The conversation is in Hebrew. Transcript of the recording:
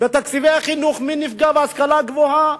בתקציבי החינוך, מי נפגע בהשכלה הגבוהה?